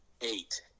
Eight